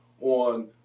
on